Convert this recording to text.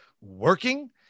working